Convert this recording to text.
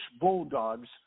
Bulldogs